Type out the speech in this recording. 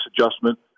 adjustment